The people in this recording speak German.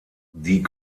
die